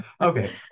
Okay